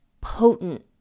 potent